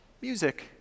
music